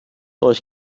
euch